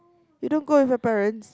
you don't go with your parents